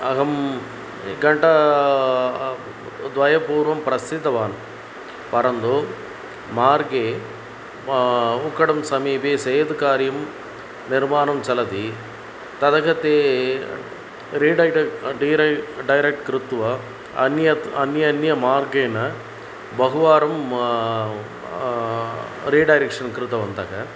अहम् एक घण्टा द्वयपूर्वं प्रसिद्धवान् परन्तु मार्गे उक्कडं समीपे सेतुकार्यं निर्माणं चलति तदकृते रेडैड डिराई डैरेक्ट् कृत्वा अन्यत् अन्य अन्य मार्गेण् बहुवारं रिडैरेक्षन् कृतवन्तः